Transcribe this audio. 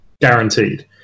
guaranteed